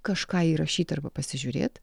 kažką įrašyt arba pasižiūrėt